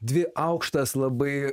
dvi aukštas labai